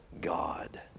God